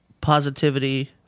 positivity